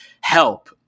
help